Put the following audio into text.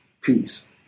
Peace